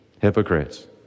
Hypocrites